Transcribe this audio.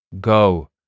Go